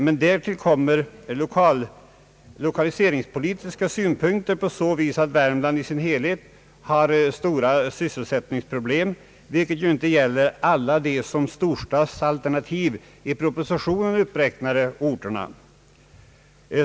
Men därtill kommer lokaliseringspolitiska synpunkter på så vis att Värmland i sin helhet har stora sysselsättningsproblem, vilket ju inte gäller alla de som »storstadsalternativ» i propositionen uppräknade orterna.